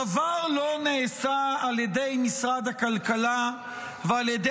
דבר לא נעשה על ידי משרד הכלכלה ועל ידי